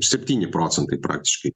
septyni procentai praktiškai